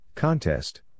Contest